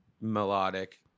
melodic